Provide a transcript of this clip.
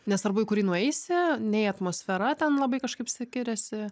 nesvarbu į kurį nueisi nei atmosfera ten labai kažkaip skiriasi